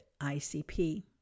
ICP